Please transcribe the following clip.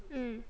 mm